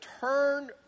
turn